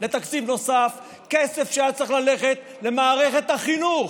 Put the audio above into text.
לתקציב נוסף, כסף שהיה צריך ללכת למערכת החינוך,